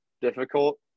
difficult